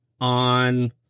on